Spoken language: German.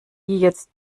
jetzt